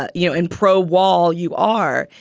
ah you know, in pro wall you are.